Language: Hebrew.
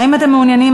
האם אתם מעוניינים,